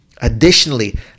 Additionally